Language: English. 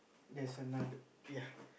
there's another ya